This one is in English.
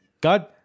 God